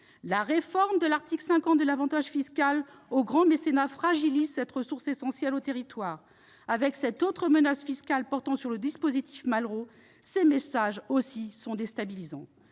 La réforme, à l'article 50 du PLF, de l'avantage fiscal au bénéfice du grand mécénat fragilise cette ressource essentielle aux territoires. Ajoutons cette autre menace fiscale portant sur le dispositif Malraux. Ces messages sont déstabilisants.